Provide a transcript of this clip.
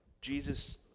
Jesus